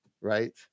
right